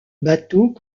bateaux